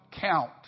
count